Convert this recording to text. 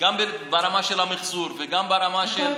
גם ברמה של המחזור, נכון.